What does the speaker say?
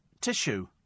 tissue